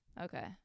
Okay